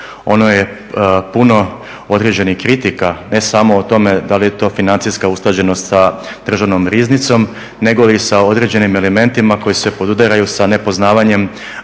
ono je puno određenih kritika ne samo o tome da li je to financijska usklađenost sa državnom riznicom nego i sa određenim elementima koji se podudaraju sa nepoznavanjem